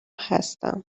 هستم